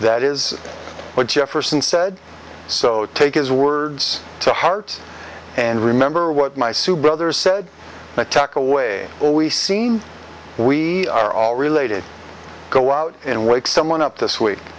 that is what jefferson said so take his words to heart and remember what my subaru others said i tucked away all we seen we are all related go out and wake someone up this week